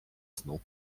snu